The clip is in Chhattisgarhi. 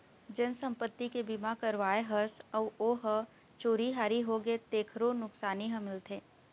जेन संपत्ति के बीमा करवाए हस अउ ओ ह चोरी हारी होगे तेखरो नुकसानी ह मिलथे